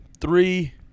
Three